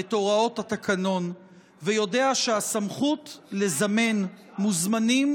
את הוראות התקנון ויודע שהסמכות לזמן מוזמנים